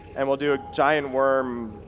and we'll do a giant worm